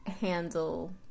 handle